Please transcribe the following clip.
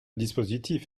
dispositif